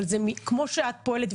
אבל כמו שאת פועלת,